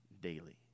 daily